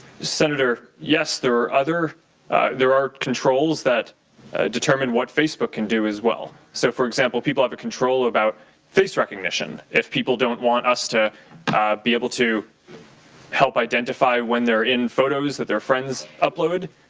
senator, yes, there are other there are controls that determine what facebook can do as well. so, for example, people have control about face recognitionf people don't want us to be able to help identify when they're in photos that their friends upload,